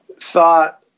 thought